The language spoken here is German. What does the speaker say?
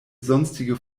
sonstige